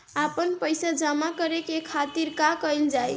आपन पइसा जमा करे के खातिर का कइल जाइ?